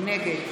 נגד